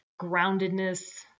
groundedness